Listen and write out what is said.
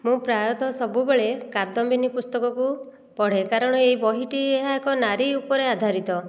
ମୁଁ ପ୍ରାୟତଃ ସବୁବେଳେ କାଦମ୍ବିନୀ ପୁସ୍ତକକୁ ପଢ଼େ କାରଣ ଏଇ ବହିଟି ଏହା ଏକ ନାରୀ ଉପରେ ଆଧାରିତ